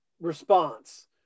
response